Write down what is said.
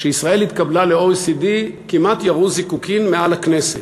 כשישראל התקבלה ל-OECD כמעט ירו זיקוקים מעל הכנסת.